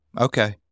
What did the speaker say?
Okay